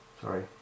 Sorry